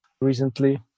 recently